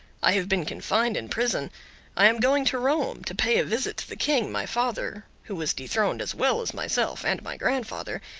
i have been confined in prison i am going to rome, to pay a visit to the king, my father, who was dethroned as well as myself and my grandfather,